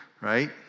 Right